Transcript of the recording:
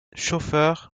chauffeurs